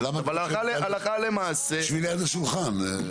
אבל הלכה למעשה -- שבי ליד השולחן.